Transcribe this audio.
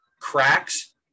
cracks